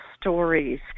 stories